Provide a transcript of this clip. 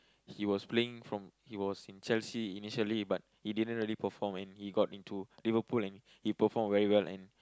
he was playing from he was in Chelsea initially but he didn't really perform and he got into Liverpool and he perform very well and